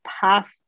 path